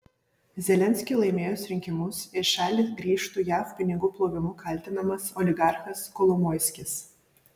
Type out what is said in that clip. zelenskiui laimėjus rinkimus į šalį grįžtų jav pinigų plovimu kaltinamas oligarchas kolomoiskis